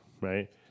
right